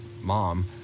mom